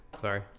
sorry